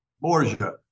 Borgia